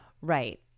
right